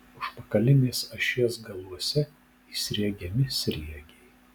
užpakalinės ašies galuose įsriegiami sriegiai